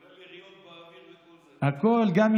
כי הם יכולים גם לפגוע.) אוסאמה,